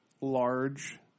large